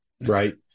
Right